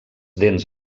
dents